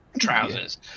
trousers